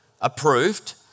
approved